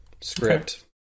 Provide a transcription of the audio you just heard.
script